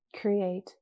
create